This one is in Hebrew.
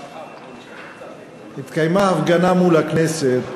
בשעה 15:00 התקיימה מול הכנסת